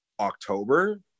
October